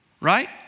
right